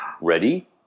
Ready